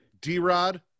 D-Rod